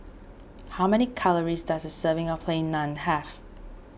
how many calories does a serving of Plain Naan have